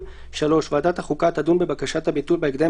ועדת החוקה תדון בבקשת הביטול בהקדם